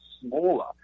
smaller